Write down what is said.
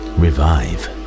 revive